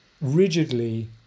rigidly